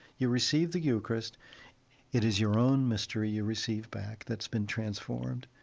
you receive the eucharist it is your own mystery you receive back that's been transformed.